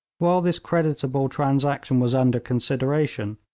while this creditable transaction was under consideration,